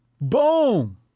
Boom